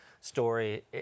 story